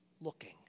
looking